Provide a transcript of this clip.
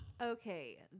okay